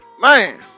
man